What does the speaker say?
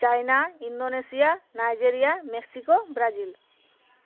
চীন Indonesia Nigeria Mexico Brazil